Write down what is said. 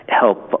help